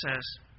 says